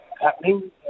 happening